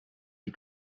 die